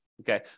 okay